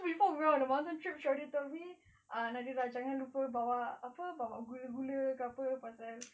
so before we go out on the mountain trip she already told me ah nadirah jangan lupa bawa apa bawa gula-gula ke apa pasal